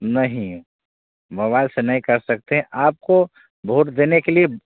नही मोबाईल से नहीं कर सकते हैं आपको भोट देने के लिए